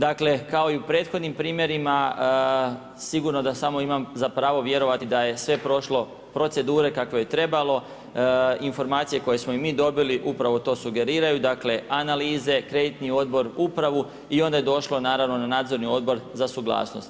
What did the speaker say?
Dakle, kao i u prethodnim primjerima sigurno da samo imam za pravo vjerovati da je sve prošlo procedure kakve je i trebalo, informacije koje smo i mi dobili upravo to sugeriraju, dakle analize, kreditni odbor, upravi i onda je došlo naravno na nadzorni odbor za suglasnost.